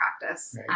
practice